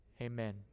Amen